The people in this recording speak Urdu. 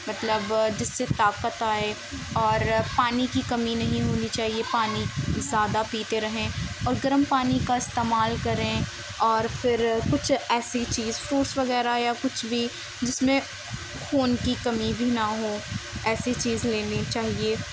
مطلب جس سے طاقت آئے اور پانی کی کمی نہیں ہونی چاہیے پانی زیادہ پیتے رہیں اور گرم پانی کا استعمال کریں اور پھر کچھ ایسی چیز فروٹس وغیرہ یا کچھ بھی جس میں خون کی کمی بھی نہ ہو ایسی چیز لینی چاہیے